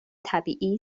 طبیعی